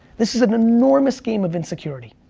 this is an enormous game of insecurity.